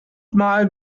mal